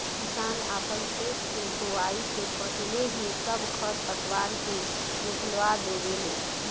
किसान आपन खेत के बोआइ से पाहिले ही सब खर पतवार के निकलवा देवे ले